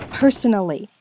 personally